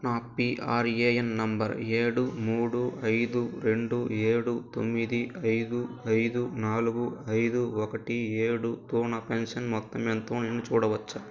నా PRAN number ఏడు మూడు ఐదు రెండు ఏడు తొమ్మిది ఐదు ఐదు నాలుగు ఐదు ఒకటి ఏడుతో నా పెన్షన్ మొత్తం ఎంతో నేను చూడవచ్చా